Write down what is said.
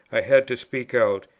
i had to speak out,